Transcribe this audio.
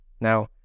Now